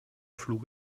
flug